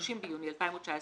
(30 ביוני 2019),